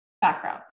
background